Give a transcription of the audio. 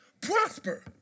prosper